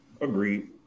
Agreed